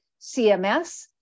CMS